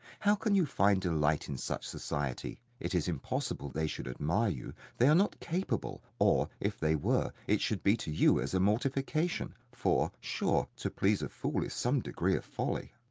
how can you find delight in such society? it is impossible they should admire you they are not capable or, if they were, it should be to you as a mortification for, sure, to please a fool is some degree of folly.